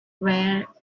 were